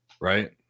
right